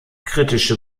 kritische